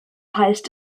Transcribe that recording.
heißt